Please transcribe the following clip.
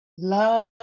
love